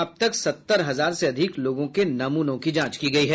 अब तक सत्तर हजार से अधिक लोगों के नमूनों की जांच की गयी है